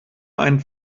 einen